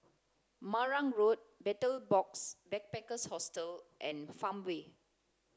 Marang Road Betel Box Backpackers Hostel and Farmway